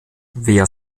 wer